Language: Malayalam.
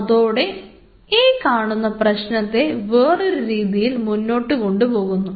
അതോടെ ഈ കാണുന്ന പ്രശ്നത്തെ വേറൊരു രീതിയിൽ മുന്നോട്ടു കൊണ്ടു പോകുന്നു